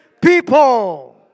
people